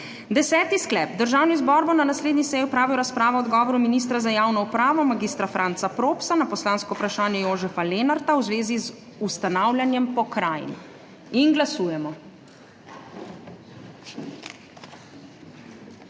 Deseti sklep: Državni zbor bo na naslednji seji opravil razpravo o odgovoru ministra za javno upravo mag. Franca Propsa na poslansko vprašanje Jožefa Lenarta v zvezi z ustanavljanjem pokrajin. Glasujemo.